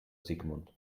sigmund